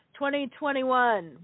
2021